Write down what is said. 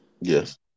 Yes